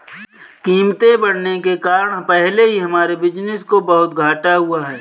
कीमतें बढ़ने के कारण पहले ही हमारे बिज़नेस को बहुत घाटा हुआ है